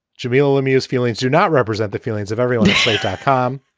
shibulal lemieux's feelings do not represent the feelings of everyone at slate dot com